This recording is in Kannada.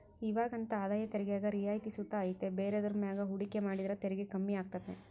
ಇವಾಗಂತೂ ಆದಾಯ ತೆರಿಗ್ಯಾಗ ರಿಯಾಯಿತಿ ಸುತ ಐತೆ ಬೇರೆದುರ್ ಮ್ಯಾಗ ಹೂಡಿಕೆ ಮಾಡಿದ್ರ ತೆರಿಗೆ ಕಮ್ಮಿ ಆಗ್ತತೆ